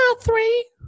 Three